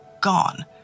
Gone